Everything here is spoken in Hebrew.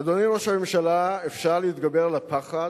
אדוני ראש הממשלה, אפשר להתגבר על הפחד,